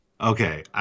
Okay